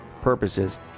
purposes